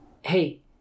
Hey